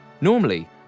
Normally